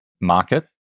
market